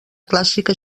clàssica